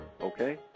Okay